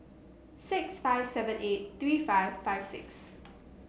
six five seven eight three five five six